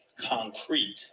concrete